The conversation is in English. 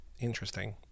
Interesting